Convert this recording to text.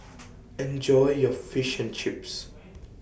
Enjoy your Fish and Chips